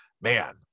Man